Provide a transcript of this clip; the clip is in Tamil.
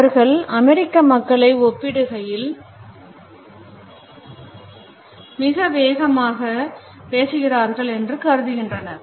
அவர்கள் அமெரிக்க மக்களை ஒப்பிடுகையில் மிக வேகமாக பேசுகிறார்கள் என்று கருதுகின்றனர்